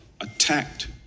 attacked